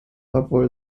obwohl